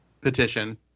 petition